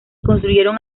construyeron